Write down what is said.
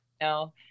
No